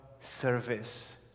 service